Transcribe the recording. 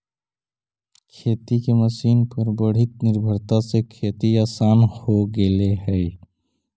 खेती के मशीन पर बढ़ीत निर्भरता से खेती आसान हो गेले हई